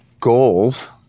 Goals